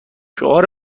شعار